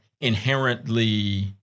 inherently